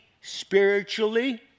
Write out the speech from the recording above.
spiritually